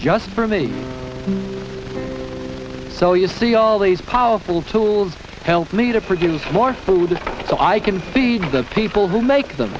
just for me so you see all these powerful tools help me to produce more food so i can feed the people who make them